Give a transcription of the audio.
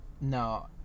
No